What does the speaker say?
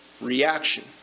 reaction